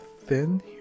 thin